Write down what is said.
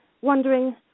wondering